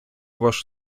ваш